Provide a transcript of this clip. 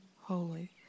holy